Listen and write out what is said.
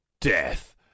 death